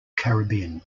caribbean